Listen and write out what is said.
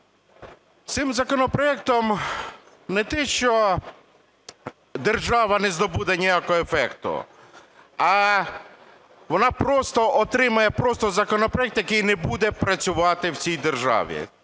Цим законопроектом не те що держава не здобуде ніякого ефекту, а вона просто отримає законопроект, який не буде працювати в цій державі.